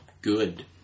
good